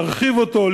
להרחיב אותו,